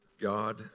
God